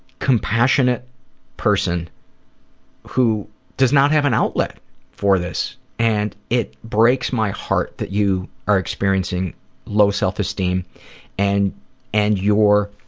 compassionate person who does not have an outlet for this and it breaks my heart that you are experiencing low self-esteem and and your